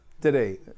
today